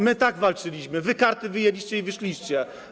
My tak walczyliśmy, wy karty wyjęliście i wyszliście.